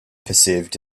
perceived